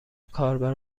کاربر